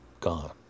gone